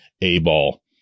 A-ball